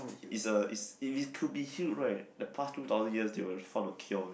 is a is if it could be healed right the past two thousand years they would find the cure already